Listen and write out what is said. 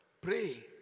Pray